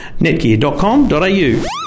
netgear.com.au